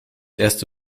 erste